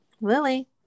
lily